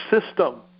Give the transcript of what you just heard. system